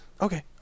Okay